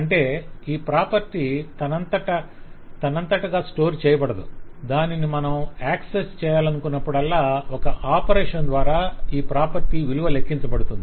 అంటే ఈ ప్రాపర్టీ తనంతటగా స్టోర్ చేయబడదు దానిని మనం ఆక్సెస్ చేయాలనుకొనప్పుడల్లా ఒక ఆపరేషన్ ద్వారా ఈ ప్రాపర్టీ విలువ లెక్కించబడుతుంది